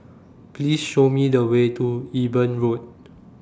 Please Show Me The Way to Eben Road